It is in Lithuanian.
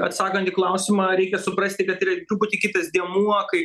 atsakant į klausimą reikia suprasti kad yra truputį kitas dėmuo kai